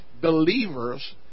believers